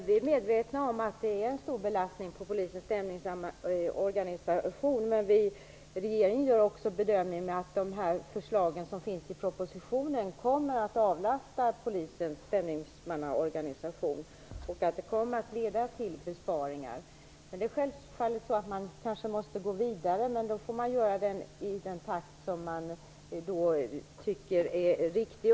Herr talman! Vi är medvetna om att polisens stämningsmannaorganisation är hårt belastad. Men regeringen gör också den bedömningen att de förslag som finns i propositionen kommer att avlasta polisens stämningsmannaorganisation och att de kommer att leda till besparingar. Man kanske måste gå vidare, men då får man göra det i den takt som man finner riktig.